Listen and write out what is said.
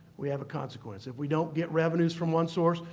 we have a consequence. if we don't get revenues from one source,